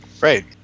right